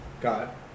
got